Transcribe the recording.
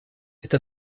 это